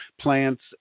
plants